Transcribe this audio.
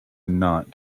not